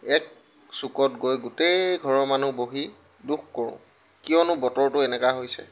এক চুকত গৈ গোটেই ঘৰৰ মানুহ বহি দুখ কৰোঁ কিয়নো বতৰটো এনেকুৱা হৈছে